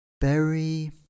Berry